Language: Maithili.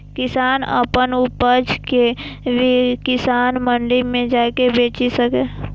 किसान अपन उपज कें किसान मंडी मे जाके बेचि सकैए